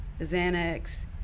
Xanax